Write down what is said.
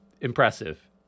impressive